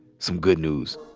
some good news.